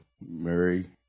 Mary